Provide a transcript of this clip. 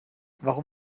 warum